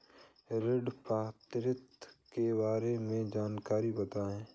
ऋण पात्रता के बारे में जानकारी बताएँ?